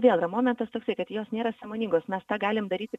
vėl yra momentas toksai kad jos nėra sąmoningos mes tą galim daryti